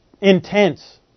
Intense